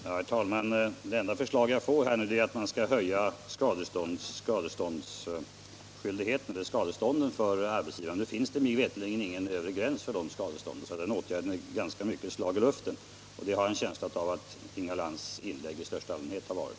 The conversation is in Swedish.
Herr talman! Det enda förslag jag här får är att man skall höja skadestånden för arbetsgivare. Nu finns det mig veterligen ingen övre gräns för de skadestånden, så den åtgärden är ganska mycket ett slag i luften — och det har jag en känsla av att Inga Lantz inlägg i största allmänhet har varit.